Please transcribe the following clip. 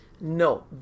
No